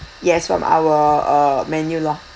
yes from our uh menu loh